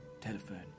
telephone